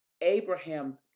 Abraham